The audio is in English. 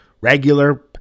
regular